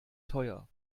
teuer